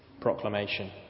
proclamation